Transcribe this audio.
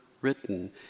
written